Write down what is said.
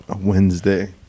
Wednesday